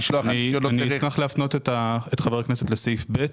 אני אשמח להפנות את חבר הכנסת לסעיף (ב)